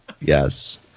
Yes